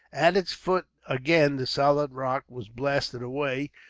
at its foot, again, the solid rock was blasted away,